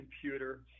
computer